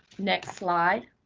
next slide.